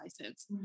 license